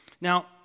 Now